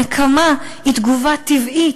הנקמה היא תגובה טבעית,